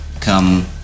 come